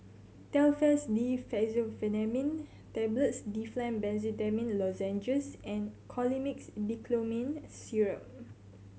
Telfast D Fexofenadine Tablets Difflam Benzydamine Lozenges and Colimix Dicyclomine Syrup